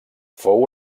fou